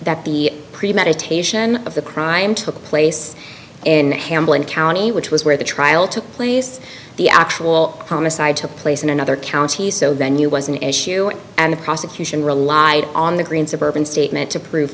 that the premeditation of the crime took place in hamilton county which was where the trial took place the actual homicide took place in another county so daniel was an issue and the prosecution relied on the green suburban statement to prove